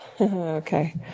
Okay